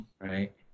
Right